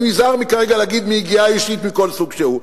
אני נזהר כרגע מלהגיד מידיעה אישית מכל סוג שהוא.